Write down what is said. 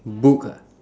book ah